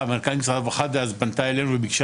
מנכ"לית משרד הרווחה דאז פנתה אלינו וביקשה